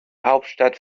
hauptstadt